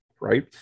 right